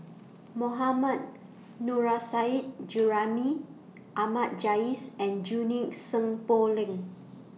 Mohammad Nurrasyid Juraimi Ahmad Jais and Junie Sng Poh Leng